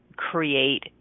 create